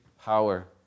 power